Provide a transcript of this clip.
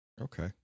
Okay